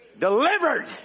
Delivered